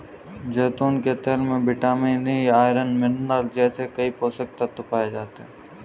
जैतून के तेल में विटामिन ई, आयरन, मिनरल जैसे कई पोषक तत्व पाए जाते हैं